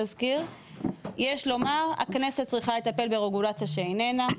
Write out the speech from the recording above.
יש לומר: הכנסת צריכה לטפל ברגולציה שאיננה,